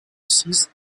six